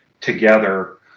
together